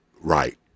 right